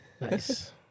Nice